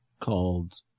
called